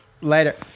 Later